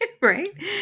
Right